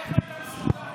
איך אתה מסוגל,